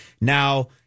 Now